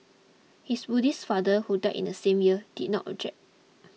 his Buddhist father who died in the same year did not object